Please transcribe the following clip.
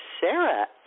Sarah